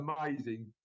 amazing